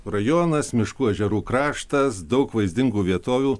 rajonas miškų ežerų kraštas daug vaizdingų vietovių